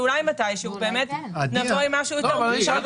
למה ההגדרה